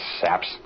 saps